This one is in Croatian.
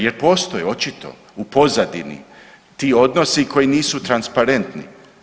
Jer postoje očito, u pozadini, ti odnosi koji nisu transparentni.